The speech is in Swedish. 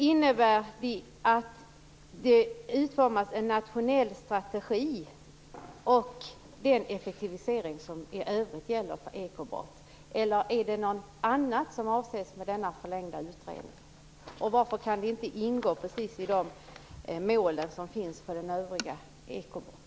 Innebär det att det utformas en nationell strategi för effektivisering som i övrigt gäller för ekobrott, eller är det något annat som avses med denna förlängda utredning? Varför kan inte de mål som finns för ekobrotten ingå?